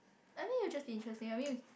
I mean is just interesting I mean